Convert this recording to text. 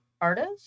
artist